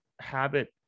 habit